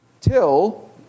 till